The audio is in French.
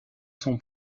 son